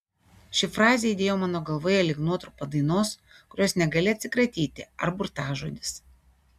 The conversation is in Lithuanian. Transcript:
ši frazė aidėjo mano galvoje lyg nuotrupa dainos kurios negali atsikratyti ar burtažodis